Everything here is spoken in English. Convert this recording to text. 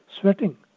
sweating